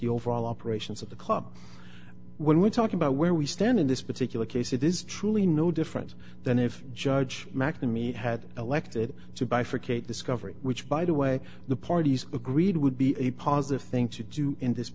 the overall operations of the club when we talk about where we stand in this particular case it is truly no different than if judge mcnamee had elected to bifurcate discovery which by the way the parties agreed would be a positive thing to do in this